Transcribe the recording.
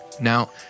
Now